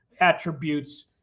attributes